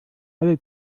alle